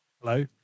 Hello